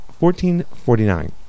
1449